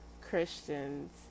Christians